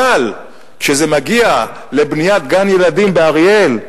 אבל כשזה מגיע לבניית גן-ילדים באריאל,